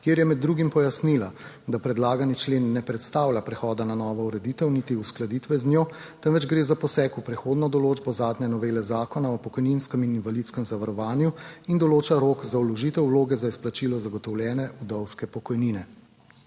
kjer je med drugim pojasnila, da predlagani člen ne predstavlja prehoda na novo ureditev niti uskladitve z njo, temveč gre za poseg v prehodno določbo zadnje novele Zakona o pokojninskem in invalidskem zavarovanju in določa rok za vložitev vloge za izplačilo zagotovljene vdovske pokojnine.